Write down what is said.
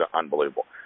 unbelievable